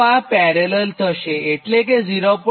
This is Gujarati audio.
તો આ પેરેલલ થશેએટલે કે આ 0